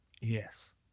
Yes